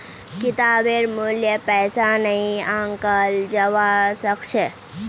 किताबेर मूल्य पैसा नइ आंकाल जबा स ख छ